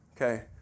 Okay